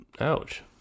Ouch